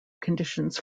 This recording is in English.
conditions